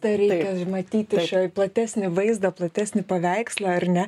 ta reikia matyti platesnį vaizdą platesnį paveikslą ar ne